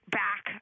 back